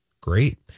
Great